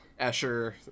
Escher